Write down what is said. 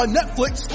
Netflix